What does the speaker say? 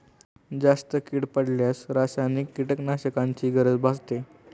जास्त कीड पडल्यास रासायनिक कीटकनाशकांची गरज भासते